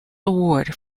award